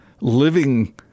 living